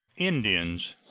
indians.